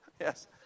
Yes